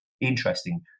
interesting